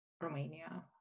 Romania